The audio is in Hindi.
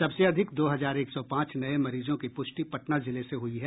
सबसे अधिक दो हजार एक सौ पांच नये मरीजों की पुष्टि पटना जिले से हुई है